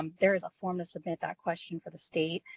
um there is a form to submit that question for the state.